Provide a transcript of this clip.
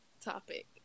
topic